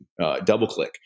DoubleClick